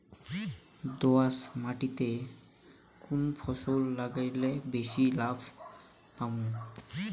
দোয়াস মাটিতে কুন ফসল লাগাইলে বেশি লাভ পামু?